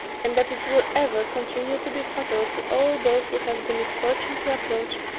and that it will ever continue to be fatal to all those who have the misfortune to approach,